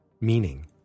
meaning